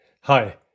Hi